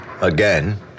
Again